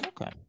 Okay